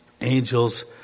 angels